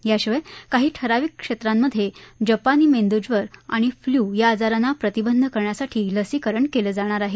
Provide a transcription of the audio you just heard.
याशिवाय काही ठराविक क्षेत्रांमध्ये जपानी मेंदूज्वर आणि फ्ल्यू या आजारांना प्रतिबंध करण्यासाठी लसीकरण केलं जाणार आहे